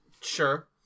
sure